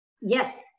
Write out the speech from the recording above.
Yes